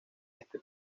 este